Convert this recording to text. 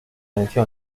venció